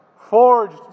forged